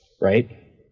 right